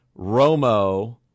Romo